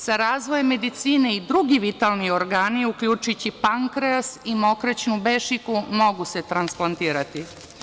Sa razvojem medicine i drugi vitalni organi, uključujući pankreas i mokraćnu bešiku, mogu se transplantirati.